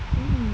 mm